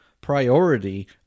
priority